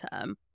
term